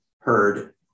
heard